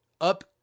up